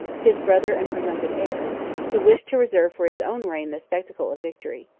his brother and presumptive heir who wished to reserve for his own reign the spectacle of victory.